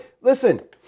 Listen